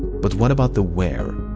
but what about the where?